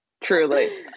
truly